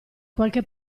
qualche